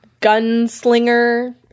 gunslinger